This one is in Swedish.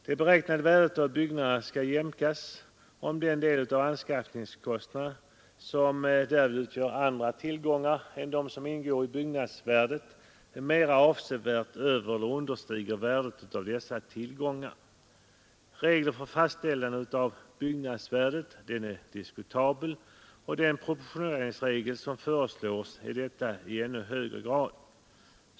Det beräknade värdet av byggnader skall jämkas, om den del av anskaffningskostnaden som därvid utgör andra tillgångar än dem som ingår i byggnadsvärdet mera avsevärt övereller understiger värdet av dessa tillgångar. Regeln för fastställande av byggnadsvärde är diskutabel, och den proportioneringsregel som föreslås är detta i ännu högre grad.